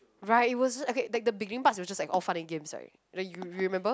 right it wasn't like okay the beginning part was just all funny games right like you remember